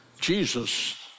Jesus